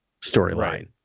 storyline